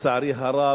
לצערי הרב,